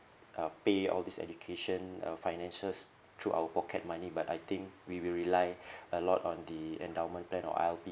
uh pay all this education uh finances through our pocket money but I think we will rely a lot on the endowment plan or I_L_P